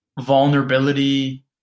vulnerability